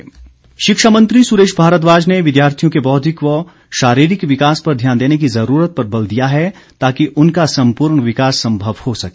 सुरेश भारद्वाज शिक्षा मंत्री सुरेश भारद्वाज ने विद्यार्थियों के बौद्धिक व शारीरिक विकास पर ध्यान देने की जरूरत पर बल दिया है ताकि उनका संपूर्ण विकास संभव हो सके